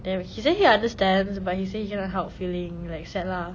the~ he say he understands but he say he cannot help feeling like sad lah